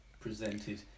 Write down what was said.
presented